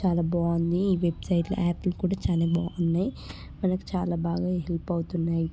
చాలా బాగుంది ఈ వెబ్సైట్లో యాప్లు కూడా చాలా బాగున్నాయి మనకు చాలా బాగా హెల్ప్ అవుతున్నాయి